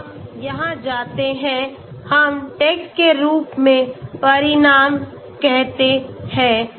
हम यहां जाते हैं हम टेक्स्ट के रूप में परिणाम कहते हैं